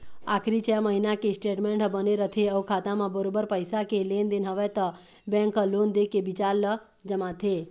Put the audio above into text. आखरी छै महिना के स्टेटमेंट ह बने रथे अउ खाता म बरोबर पइसा के लेन देन हवय त बेंक ह लोन दे के बिचार ल जमाथे